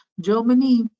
Germany